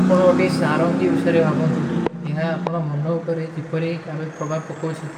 ଆପନା ଅଟେ ସାରଂଗୀ ଵିଷଯରେ ଭାଵନ୍ଦୁ, ଯହାଁ ଆପନା ମନନା ଉପରେ କିପରୀ ଆବେ ପ୍ରଭାବ ପକୋଁଛୀ,